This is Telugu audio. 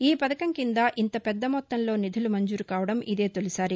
ఈ పథకం కింద ఇంత పెద్ద మొత్తంలో నిధులు మంజూరు కావడం ఇదే తొలిసారి